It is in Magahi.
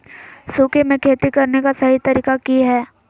सूखे में खेती करने का सही तरीका की हैय?